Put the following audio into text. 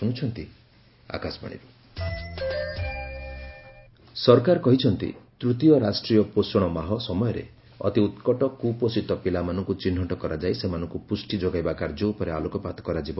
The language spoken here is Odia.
ଥାଡି ରାଷ୍ଟ୍ରୀୟ ପୋଷଣ ମାହ ସରକାର କହିଛନ୍ତି ତୂତୀୟ ରାଷ୍ଟ୍ରୀୟ ପୋଷଣ ମାସ ସମୟରେ ଅତି ଉତ୍କଟ କୁପୋଷିତ ପିଲାମାନଙ୍କୁ ଚିହ୍ନଟ କରାଯାଇ ସେମାନଙ୍କୁ ପୁଷ୍ଟି ଯୋଗାଇବା କାର୍ଯ୍ୟ ଉପରେ ଆଲୋକପାତ କରାଯିବ